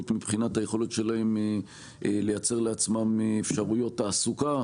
מבחינת היכולת לייצר לעצמם אפשרויות תעסוקה,